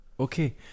Okay